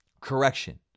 correction